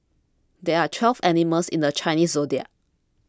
there are twelve animals in the Chinese zodiac